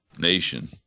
nation